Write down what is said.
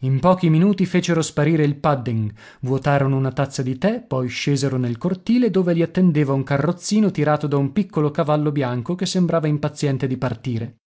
in pochi minuti fecero sparire il pudding vuotarono una tazza di tè poi scesero nel cortile dove li attendeva un carrozzino tirato da un piccolo cavallo bianco che sembrava impaziente di partire